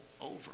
over